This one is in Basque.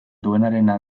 duenarena